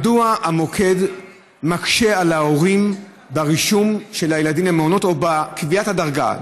מדוע המוקד מקשה על ההורים ברישום של הילדים למעונות או בקביעת הדרגה?